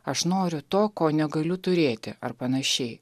aš noriu to ko negaliu turėti ar panašiai